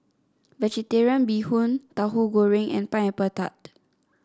vegetarian Bee Hoon Tauhu Goreng and Pineapple Tart